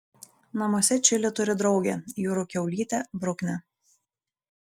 namuose čili turi draugę jūrų kiaulytę bruknę